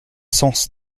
sens